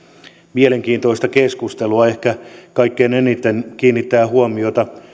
mielenkiintoista keskustelua ehkä kaikkein eniten kiinnittää huomiota